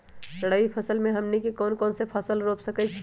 रबी फसल में हमनी के कौन कौन से फसल रूप सकैछि?